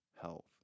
health